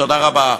תודה רבה.